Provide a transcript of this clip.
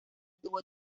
tuvo